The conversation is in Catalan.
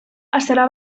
estarà